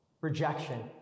rejection